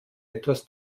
etwas